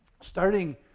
starting